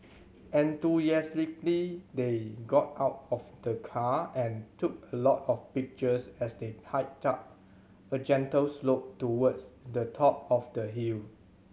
enthusiastically they got out of the car and took a lot of pictures as they hiked up a gentle slope towards the top of the hill